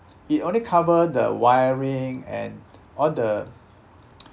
it only cover the wiring and all the